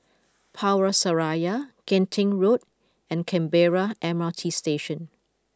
Power Seraya Genting Road and Canberra M R T Station